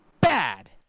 bad